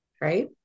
Right